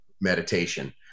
meditation